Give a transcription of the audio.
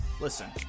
Listen